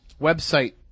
website